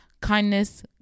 kindness